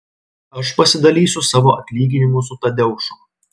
aš pasidalysiu savo atlyginimu su tadeušu